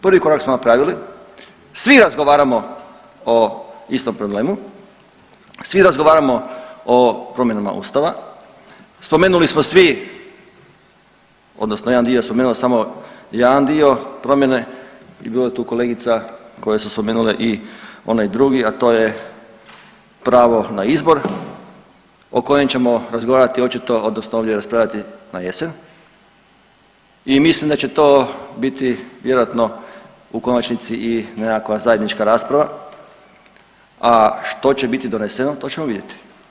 Prvi korak smo napravili, svi razgovaramo o istom problemu, svi razgovaramo o promjenama Ustava, spomenuli smo svi odnosno jedan dio je spomenuo samo jedan dio promjene i bilo je tu kolegica koje su spomenule i onaj drugi, a to je pravo na izbor o kojem ćemo razgovarati očito odnosno ovdje raspravljati na jesen i mislim da će to biti vjerojatno u konačnici i nekakva zajednička rasprava, a što će biti doneseno to ćemo vidjeti.